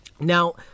Now